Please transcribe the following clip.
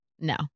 no